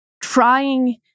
trying